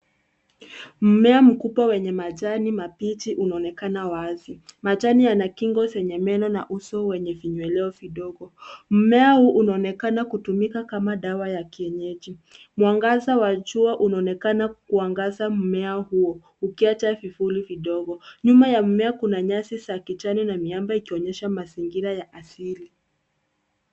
Mimea mkubwa wenye majani mabichi unaonekana wazi. Majani yana kingo zenye meno na uso wenye vinyoleo vidogo. Mmea unaonekana kutumika kama dawa ya kienyeji. Mwangaza wa jua unaonekana kuangaza mmea huyo ukiacha vivuli vidogo. Nyuma ya mmea kuna nyasi za kijani na miamba ikionyesha mazingira ya asili.